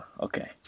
Okay